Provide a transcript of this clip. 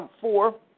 four